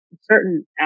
certain